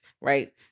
right